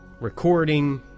recording